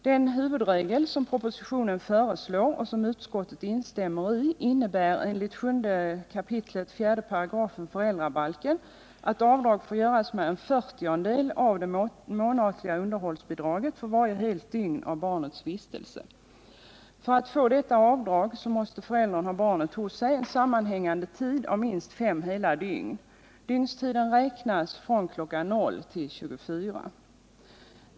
Den huvudregel som propositionen föreslår och som utskottet instämmer i innebär enligt 7 kap. 4 § föräldrabalken att avdrag får göras med 1/40 av det månatliga underhållsbidraget för varje helt dygn av barnets vistelse. För att få detta avdrag måste föräldern ha barnet hos sig en sammanhängande tid av minst fem hela dygn. Dygnstiden räknas från kl. 00.00 till kl. 24.00.